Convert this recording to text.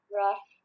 rough